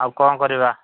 ଆଉ କ'ଣ କରିବା